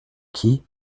qui